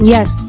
Yes